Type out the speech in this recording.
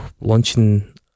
launching